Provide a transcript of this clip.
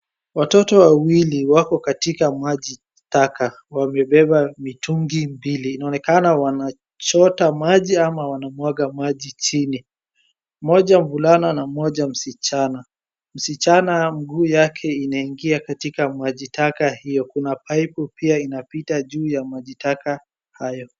Watoto wawili wako katika maji taka, wamebeba mitungi mbili. Inaonekana wanachota maji ama wanamwaga maji chini. Mmoja mvulana na mmoja msichana. Msichana mguu yake inaingia katika maji taka hio. Kuna pipu pia inapita juu ya maji taka hayo.